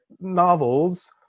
novels